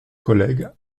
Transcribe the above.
collègues